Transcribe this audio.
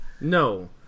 No